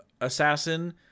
Assassin